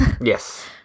yes